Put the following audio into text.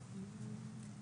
מוגבלות.